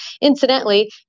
Incidentally